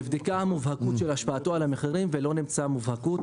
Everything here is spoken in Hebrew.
שנבדקה המובהקות של השפעתו על המחירים ולא נמצאה מובהקות.